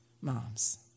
moms